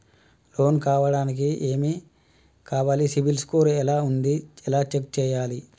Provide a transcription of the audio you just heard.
Loan కావడానికి ఏమి కావాలి సిబిల్ స్కోర్ ఎలా ఉంది ఎలా చెక్ చేయాలి?